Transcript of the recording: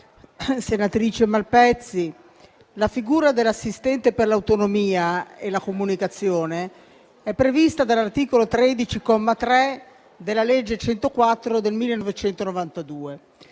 senatrice Malpezzi, la figura dell'assistente per l'autonomia e la comunicazione è prevista dall'articolo 13, comma 3, della legge n. 104 del 1992.